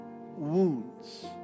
wounds